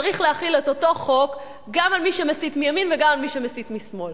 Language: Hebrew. צריך להחיל את אותו חוק גם על מי שמסית מימין וגם על מי שמסית משמאל.